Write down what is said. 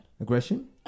Aggression